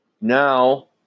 Now